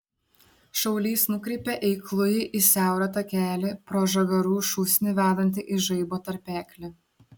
šaulys nukreipė eiklųjį į siaurą takelį pro žagarų šūsnį vedantį į žaibo tarpeklį